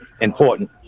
important